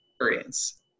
experience